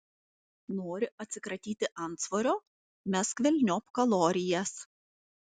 nori atsikratyti antsvorio mesk velniop kalorijas